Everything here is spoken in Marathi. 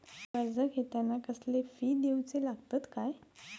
कर्ज घेताना कसले फी दिऊचे लागतत काय?